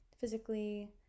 physically